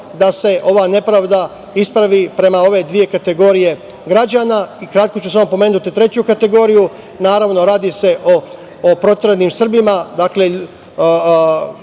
da se ova nepravda ispravi prema ove dve kategorije građana. Kratko ću samo pomenuti treću kategoriju. Naravno, radi se o proteranim Srbima,